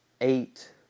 eight